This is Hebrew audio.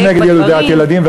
רק נגד ילודת ילדים.